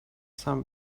some